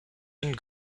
and